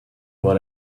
what